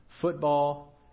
football